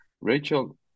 Rachel